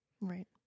Right